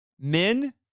Men